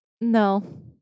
No